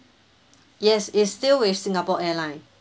yes it's still with singapore airline